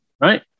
right